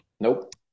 Nope